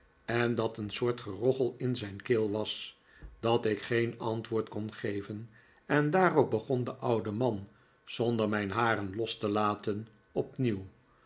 en dat een soort gerochel in zijn keel was dat ik geen antwoord kon geven en daarop begon de oude man zonder mijn haren los te laten